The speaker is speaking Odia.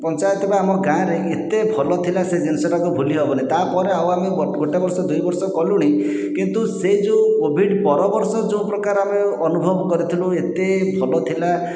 ପଞ୍ଚାୟତ ଆମ ଗାଁରେ ଏତେ ଭଲ ଥିଲା ସେ ଜିନିଷଟାକୁ ଭୁଲି ହେବନି ତା ପରେ ଆଉ ଆମେ ଗୋଟିଏ ବର୍ଷ ଦୁଇ ବର୍ଷ କଲୁଣି କିନ୍ତୁ ସେ ଯେଉଁ କୋଭିଡ଼ ପର ବର୍ଷ ଯେଉଁ ପ୍ରକାର ଆମେ ଅନୁଭବ କରିଥିଲୁ ଏତେ ଭଲ ଥିଲା